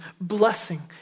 blessing